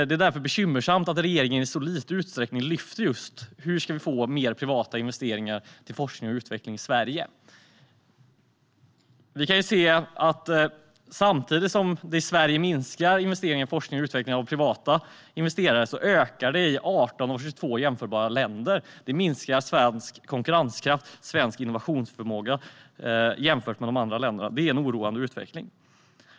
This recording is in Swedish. Det är därför bekymmersamt att regeringen i så liten utsträckning lyfter fram hur vi ska få mer av privata investeringar i forskning och utveckling i Sverige. Samtidigt som de privata investeringarna i forskning och utveckling minskar i Sverige ökar de i 18 av 22 jämförbara länder. Det minskar svensk konkurrenskraft och svensk innovationsförmåga jämfört med de andra länderna. Det är en oroande utveckling.